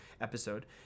episode